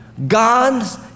God's